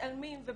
המינויים של